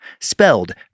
spelled